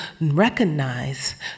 recognize